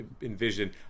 envision